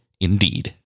Indeed